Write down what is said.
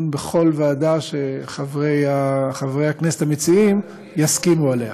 בכל ועדה שחברי הכנסת המציעים יסכימו עליה.